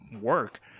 work